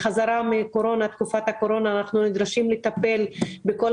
בתקופת הקורונה אנחנו נדרשים לטפל בכל